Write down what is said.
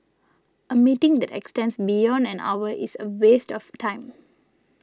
a meeting that extends beyond an hour is a waste of time